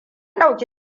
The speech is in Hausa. ɗauki